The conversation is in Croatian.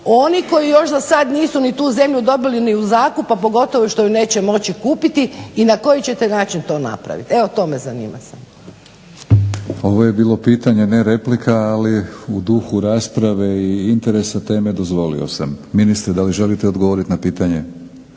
oni koji još za sad nisu ni tu zemlju dobili ni u zakup a pogotovo što je neće moći kupiti i na koji ćete način to napraviti. Evo to me zanima samo. **Batinić, Milorad (HNS)** Ovo je bilo pitanje a ne replika ali u duhu rasprave i interesa teme dozvolio sam. Ministre da li želite odgovoriti na pitanje?